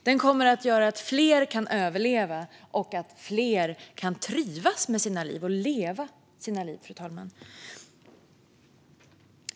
Den kommer att göra så att fler kan överleva och trivas med och leva sina liv.